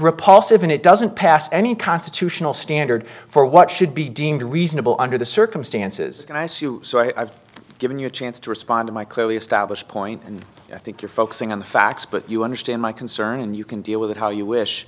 repulsive and it doesn't pass any constitutional standard for what should be deemed reasonable under the circumstances so i've given you a chance to respond to my clearly established point and i think you're focusing on the facts but you understand my concern and you can deal with it how you wish